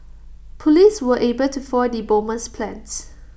Police were able to foil the bomber's plans